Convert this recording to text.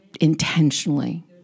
intentionally